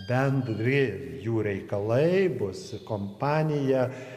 bendri jų reikalai bus kompanija